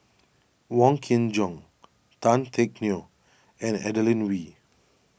Wong Kin Jong Tan Teck Neo and Adeline Ooi